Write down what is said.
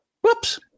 whoops